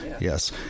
Yes